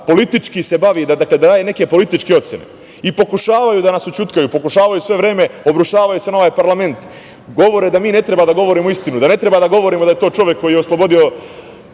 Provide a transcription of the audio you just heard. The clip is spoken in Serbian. da daje neke političke ocene. Pokušavaju sve vreme da nas ućutkaju, obrušavaju se na ovaj parlament, govore da mi ne treba da govorimo istinu, da ne treba da govorimo da je to čovek koji je oslobodio